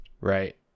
Right